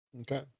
okay